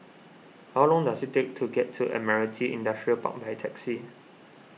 how long does it take to get to Admiralty Industrial Park by taxi